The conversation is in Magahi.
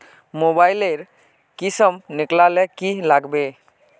मोबाईल लेर किसम निकलाले की लागबे?